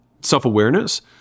self-awareness